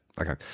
Okay